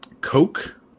Coke